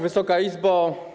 Wysoka Izbo!